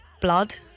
blood